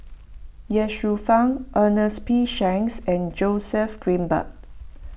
Ye Shufang Ernest P Shanks and Joseph Grimberg